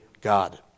God